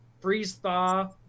freeze-thaw